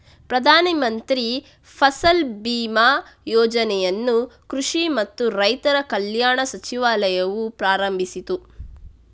ಪ್ರಧಾನ ಮಂತ್ರಿ ಫಸಲ್ ಬಿಮಾ ಯೋಜನೆಯನ್ನು ಕೃಷಿ ಮತ್ತು ರೈತರ ಕಲ್ಯಾಣ ಸಚಿವಾಲಯವು ಪ್ರಾರಂಭಿಸಿತು